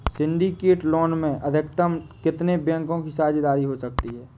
Syndicate loan में अधिकतम कितने बैंकों की साझेदारी हो सकती है?